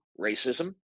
racism